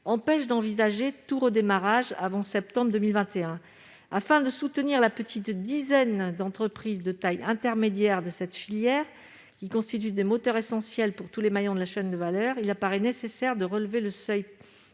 empêche d'envisager tout redémarrage avant le mois de septembre 2021. Afin de soutenir la petite dizaine d'entreprises de taille intermédiaire de cette filière, qui constituent des moteurs essentiels pour tous les maillons de la chaîne de valeur, il apparaît nécessaire de relever le seuil